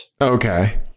okay